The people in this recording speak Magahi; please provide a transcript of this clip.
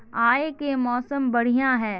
आय के मौसम बढ़िया है?